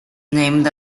named